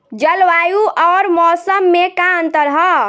जलवायु अउर मौसम में का अंतर ह?